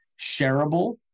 shareable